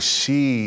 see